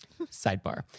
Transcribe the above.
Sidebar